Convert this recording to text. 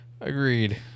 Agreed